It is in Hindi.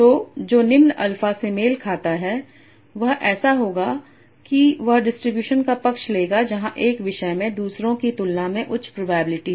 तो जो निम्न अल्फा से मेल खाता है वह ऐसा होगा कि वह डिस्ट्रीब्यूशन का पक्ष लेगा जहां 1 विषय में दूसरों की तुलना में उच्च प्रोबेबिलिटी है